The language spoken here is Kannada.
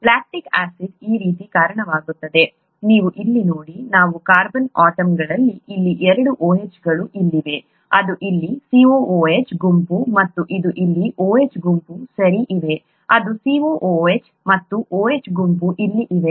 ಲ್ಯಾಕ್ಟಿಕ್ ಆಸಿಡ್ ಈ ರೀತಿ ಕಾಣುತ್ತದೆ ನೀವು ಇಲ್ಲಿ ನೋಡಿ ಇವು ಕಾರ್ಬನ್ ಆಟಮ್ಗಳು ಇಲ್ಲಿ ಎರಡು OH ಗಳು ಇಲ್ಲಿವೆ ಇದು ಇಲ್ಲಿ COOH ಗುಂಪು ಮತ್ತು ಇದು ಇಲ್ಲಿ OH ಗುಂಪು ಸರಿ ಇವೆ ಇದು COOH ಮತ್ತು OH ಗುಂಪು ಇಲ್ಲಿ ಇವೆ